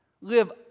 Live